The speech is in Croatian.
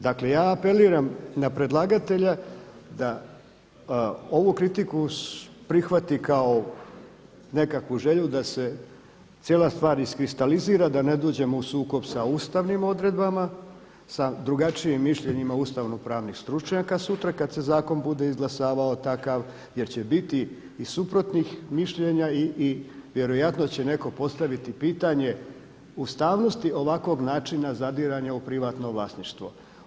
Dakle ja apeliram na predlagatelja da ovu kritiku prihvati kao nekakvu želju da se cijela stvar iskristalizira, da ne dođemo u sukob sa ustavnim odredbama, sa drugačijim mišljenjima ustavnopravnih stručnjaka, sutra kada se zakon bude izglasavao takav jer će biti i suprotnih mišljenja i vjerojatno će neko postaviti pitanje ustavnosti ovakvog načina zadiranja u privatno vlasništvo.